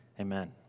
amen